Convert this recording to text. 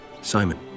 Simon